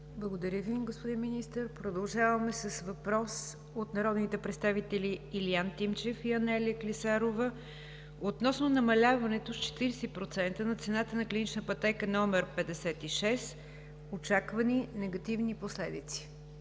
Благодаря Ви, господин Министър. Продължаваме с въпрос от народните представители Илиан Тимчев и Анелия Клисарова относно намаляването с 40% на цената на клинична пътека № 56, очаквани негативни последици.